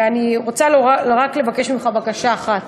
ואני רוצה רק לבקש ממך בקשה אחת: